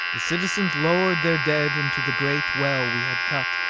the citizens lowered their dead into the great well we had cut,